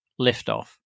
liftoff